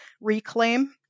Reclaim